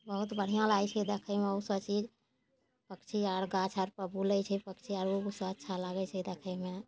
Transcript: बहुत बढ़िआँ लागै छै देखैमे ओसब चीज पक्षी आओर गाछ आओरपर बुलै छै पक्षी आओर ओहोसब अच्छा लागै छै देखैमे